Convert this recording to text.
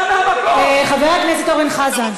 חבר הכנסת אורן חזן.